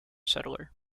settler